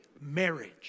Marriage